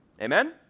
Amen